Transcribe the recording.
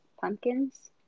pumpkins